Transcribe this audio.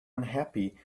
unhappy